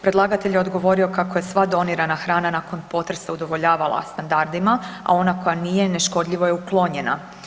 Predlagatelj je odgovorio kako je sva donirana hrana nakon potresa udovoljavala standardima, a ona koja nije, neškodljivo je uklonjena.